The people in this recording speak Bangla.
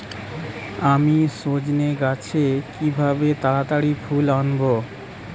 আমি সজনে গাছে কিভাবে তাড়াতাড়ি ফুল আনব?